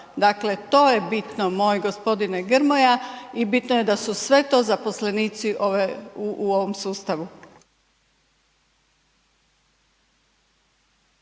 dakle to je bitno moj g. Grmoja i bitno je da su sve to zaposlenici ove, u ovom sustavu.